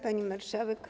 Pani Marszałek!